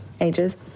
ages